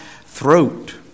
throat